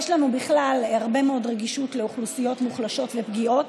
יש לנו בכלל הרבה מאוד רגישות לאוכלוסיות מוחלשות ופגיעות,